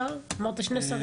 אמרת שני שרים.